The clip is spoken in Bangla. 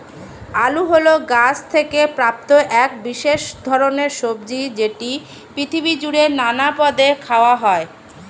আলু হল গাছ থেকে প্রাপ্ত এক বিশেষ ধরণের সবজি যেটি পৃথিবী জুড়ে নানান পদে খাওয়া হয়